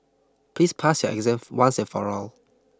please pass your exam once and for all